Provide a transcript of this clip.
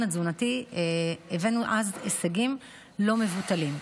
התזונתי הבאנו אז הישגים לא מבוטלים,